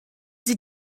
sie